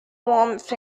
warmth